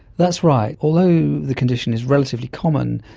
that's right. although the condition is relatively common,